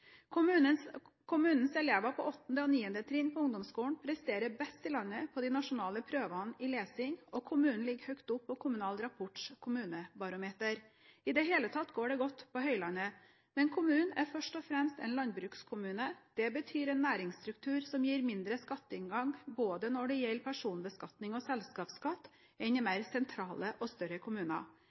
Kommunens elever på 8. og 9. trinn på ungdomsskolen presterer best i landet på de nasjonale prøvene i lesing, og kommunen ligger høyt oppe på Kommunal Rapports kommunebarometer. I det hele tatt går det godt på Høylandet. Men kommunen er først og fremst en landbrukskommune. Det betyr en næringsstruktur som gir mindre skatteinngang både når det gjelder personbeskatning og selskapsskatt, enn i mer sentrale og større kommuner.